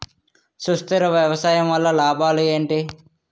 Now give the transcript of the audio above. సుస్థిర వ్యవసాయం వల్ల లాభాలు ఏంటి?